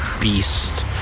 beast